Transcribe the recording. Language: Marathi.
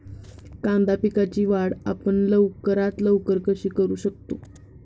कांदा पिकाची वाढ आपण लवकरात लवकर कशी करू शकतो?